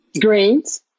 Greens